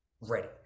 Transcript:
ready